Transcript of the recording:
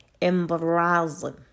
embarrassing